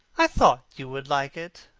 i thought you would like it,